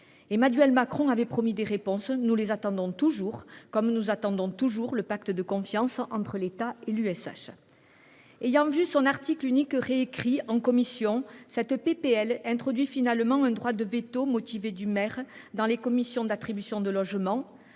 Emmanuel Macron avait promis des réponses : nous les attendons toujours, comme nous attendons toujours le pacte de confiance entre l’État et l’Union sociale pour l’habitat. Son article unique ayant été réécrit en commission, cette proposition de loi introduit finalement un droit de veto motivé du maire dans les commissions d’attribution des logements,